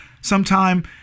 sometime